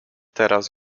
teraz